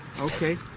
Okay